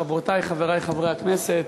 חברותי וחברי חברי הכנסת,